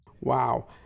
Wow